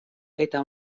eta